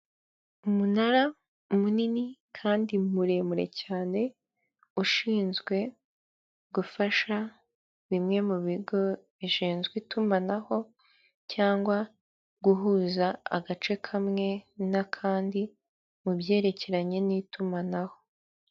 Umunara munini kandi muremure cyane ushinzwe gufasha bimwe mugo bishinzwe itumanaho cyangwa guhuza agace kamwe n'akandi mu byerekeranye n'itumanaho.